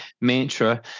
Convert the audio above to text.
mantra